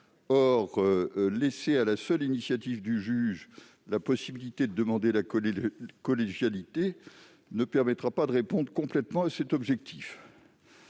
Or, laisser à la seule initiative du juge la possibilité de demander la collégialité ne permettra pas de répondre complètement à cet objectif.